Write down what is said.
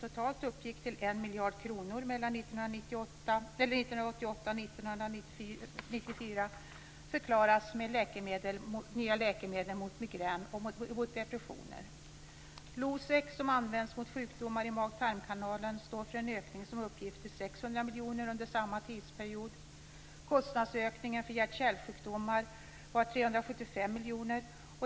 1988 och 1994, förklaras med nya läkemedel mot migrän och mot depressioner. Losec, som används mot sjukdomar i mag-tarmkanalen, står för en ökning som uppgick till 600 miljoner under samma tidsperiod. Kostnadsökningen för hjärt-kärlsjukdomar var 375 miljoner.